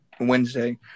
Wednesday